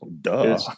duh